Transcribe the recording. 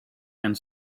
and